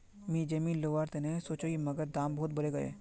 मी जमीन लोवर तने सोचौई मगर दाम बहुत बरेगये